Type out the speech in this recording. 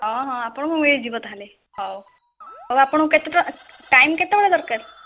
ହଁ ହଁ ଆପଣଙ୍କୁ ମିଳିଯିବ ତାହେଲେ ହଉ ହଉ ଆପଣଙ୍କୁ କେତେଟା ଟାଇମ କେତେବେଳେ ଦରକାର